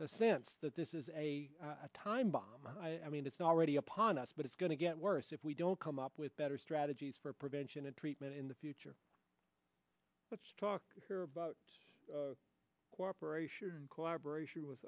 the sense that this is a time bomb i mean it's already upon us but it's going to get worse if we don't come up with better strategies for prevention and treatment in the future let's talk about cooperation and collaboration with